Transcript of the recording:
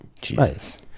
jesus